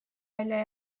välja